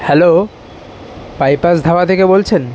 hello bypass dhaba থেকে বলছেন